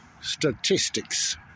statistics